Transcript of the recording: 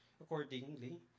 accordingly